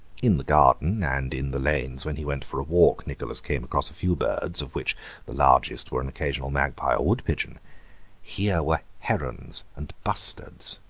in the garden, and in the lanes when he went for a walk, nicholas came across a few birds, of which the largest were an occasional magpie or wood-pigeon here were herons and bustards,